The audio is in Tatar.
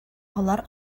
алар